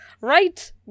Right